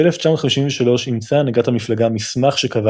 ב-1953 אימצה הנהגת המפלגה מסמך שקבע